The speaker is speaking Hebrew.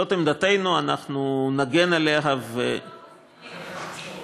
זאת עמדתנו, אנחנו נגן עליה, מה לוח הזמנים?